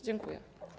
Dziękuję.